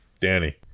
Danny